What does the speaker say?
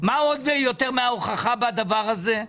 יותר מן ההוכחה לדבר הזה?